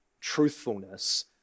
truthfulness